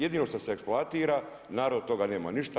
Jedino što se eksploatira narod od toga nema ništa.